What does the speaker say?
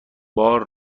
بار